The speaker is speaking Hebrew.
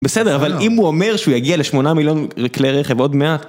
בסדר, אבל אם הוא אומר שהוא יגיע לשמונה מיליון כלי רכב, עוד מאה...